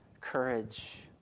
courage